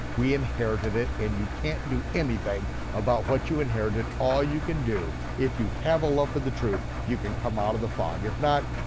we inherited it, and you can't do anything about what you inherited. all you can do, if you have a love of the truth, you can come out of the fog. if not,